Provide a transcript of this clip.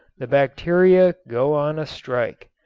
the bacteria go on a strike.